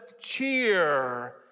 cheer